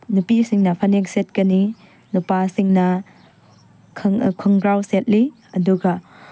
ꯅꯨꯄꯤꯁꯤꯡꯅ ꯐꯅꯦꯛ ꯁꯦꯠꯀꯅꯤ ꯅꯨꯄꯥꯁꯤꯡꯅ ꯈꯣꯡꯒ꯭ꯔꯥꯎ ꯁꯦꯠꯂꯤ ꯑꯗꯨꯒ